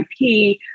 IP